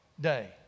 day